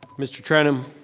mr. trenum?